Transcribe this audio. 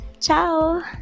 Ciao